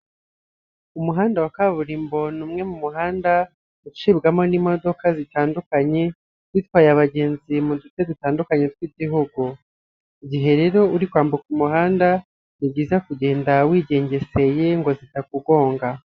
Umuhanda wa kaburimbo ni umwe mu muhanda ucibwamo n'imodoka zitandukanye zitwaye abagenzi mu duce dutandukanye tw'Igihugu, igihe rero uri kwambuka umuhanda ni byiza kugenda wigengeseye ngo zitakugonga.